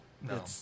No